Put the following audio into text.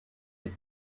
die